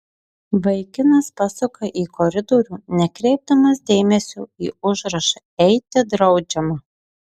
vaikinas pasuka į koridorių nekreipdamas dėmesio į užrašą eiti draudžiama